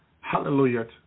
Hallelujah